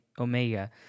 omega